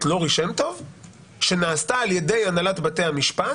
לורי שם טוב שנעשתה ע"י הנהלת בתי המשפט,